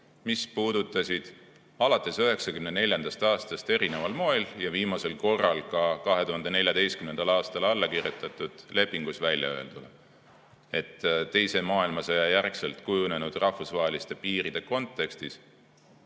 mis puudutasid alates 1994. aastast erineval moel ja viimasel korral ka 2014. aastal alla kirjutatud lepingus väljaöeldut, et teise maailmasõja järel kujunenud rahvusvaheliste piiride kontekstis